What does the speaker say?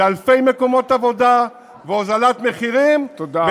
ואלפי מקומות עבודה והוזלת מחירים, תודה רבה.